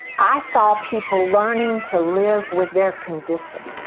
i saw people learning to live with their conditions